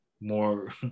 more